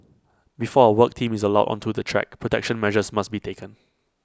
before A work team is allowed onto the track protection measures must be taken